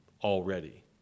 Already